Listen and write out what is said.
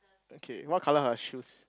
okay what colour are her shoes